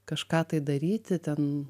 kažką tai daryti ten